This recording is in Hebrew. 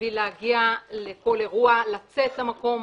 בשביל להגיע לכל אירוע, לצאת למקום